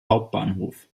hauptbahnhof